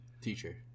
teacher